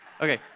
okay